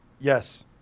Yes